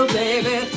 baby